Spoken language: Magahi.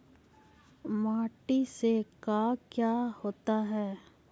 माटी से का क्या होता है?